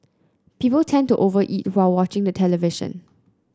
people tend to over eat while watching the television